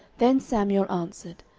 then samuel answered,